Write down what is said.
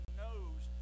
knows